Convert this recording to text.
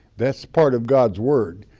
that's part of god's word.